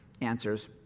answers